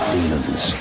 Demons